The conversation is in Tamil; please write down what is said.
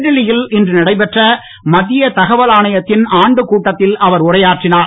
புதுடில்லி யில் இன்று நடைபெற்ற மத்திய தகவல் ஆணையத்தின் ஆண்டுக் கூட்டத்தில் அவர் உரையாற்றினர்